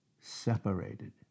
Separated